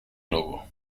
logo